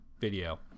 video